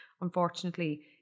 unfortunately